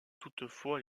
toutefois